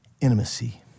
intimacy